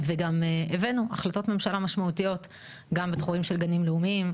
וגם הבאנו החלטות ממשלה משמעותיות גם בתחומים של גנים לאומיים,